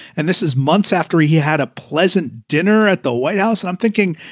and this is months after he he had a pleasant dinner at the white house. i'm thinking,